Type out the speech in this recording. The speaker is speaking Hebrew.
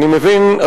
אני מבין,